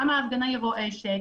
כמה ההפגנה היא רועשת